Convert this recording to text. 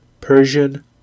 Persian